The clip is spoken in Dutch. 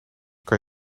kan